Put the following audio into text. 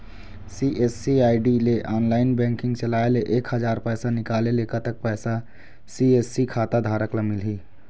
CSC ID ले online banking चलाए ले एक हजार पैसा निकाले ले कतक पैसा सी.एस.सी खाता धारक ला मिलही?